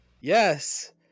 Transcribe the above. Yes